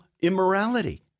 immorality